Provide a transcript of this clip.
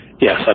yes